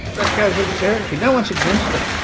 that goes with the territory. no one's against that.